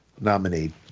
nominated